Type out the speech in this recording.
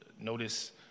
notice